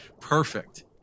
Perfect